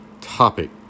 topic